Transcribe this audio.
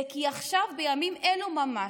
זה כי עכשיו, בימים אלו ממש,